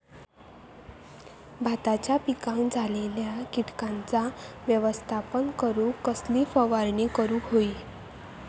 भाताच्या पिकांक झालेल्या किटकांचा व्यवस्थापन करूक कसली फवारणी करूक होई?